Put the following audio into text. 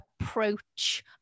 approach